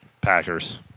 Packers